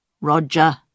Roger